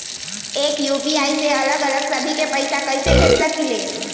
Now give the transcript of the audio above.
एक यू.पी.आई से अलग अलग सभी के पैसा कईसे भेज सकीले?